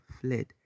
fled